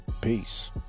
Peace